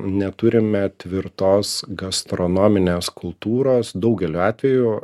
neturime tvirtos gastronominės kultūros daugeliu atveju